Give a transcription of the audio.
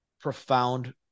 profound